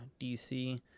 DC